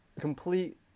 complete